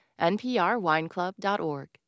NPRWineClub.org